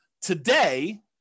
Today